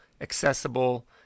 accessible